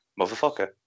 Motherfucker